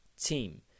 team